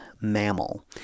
mammal